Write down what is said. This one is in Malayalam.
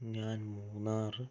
ഞാൻ മൂന്നാർ